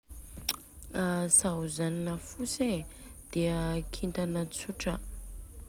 a saozanina fotsy e, de kintana tsotra a.